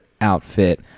outfit